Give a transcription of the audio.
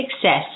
success